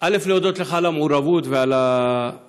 אני מודה לך על המעורבות ועל האקטיביות,